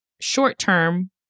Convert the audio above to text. short-term